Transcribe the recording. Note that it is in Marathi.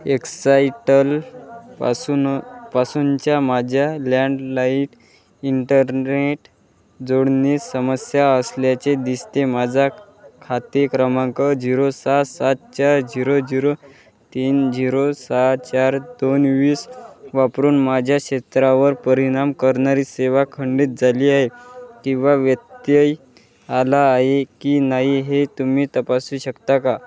एक्साइटल पासून पासूनच्या माझ्या लँडलाईट इंटरनेट जोडणी समस्या असल्याचे दिसते माझा खाते क्रमांक झिरो सात सात चार झिरो झिरो तीन झिरो सहा चार दोन वीस वापरून माझ्या क्षेत्रावर परिणाम करणारी सेवा खंडित झाली आहे किंवा व्यत्यय आला आहे की नाही हे तुम्ही तपासू शकता का